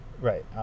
Right